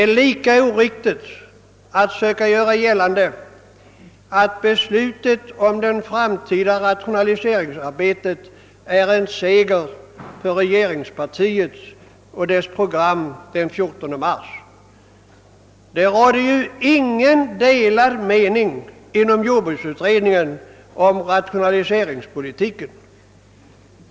Lika oriktigt är det att försöka göra gällande att beslutet om det framtida rationaliseringsarbetet är en seger för regeringspartiet och dess program den 14 mars. Det rådde inga delade meningar inom jordbruksutredningen om rationaliseringspolitiken.